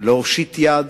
להושיט יד